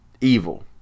evil